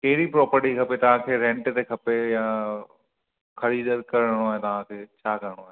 कहिड़ी प्रॉपर्टी खपे तव्हांखे रेंट ते खपे या खरीद करणो आहे तव्हांखे छा करणो आहे